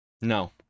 No